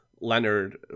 leonard